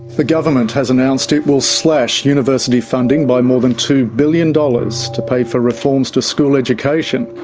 the government has announced it will slash university funding by more than two billion dollars to pay for reforms to school education.